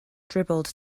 dribbled